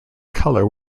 color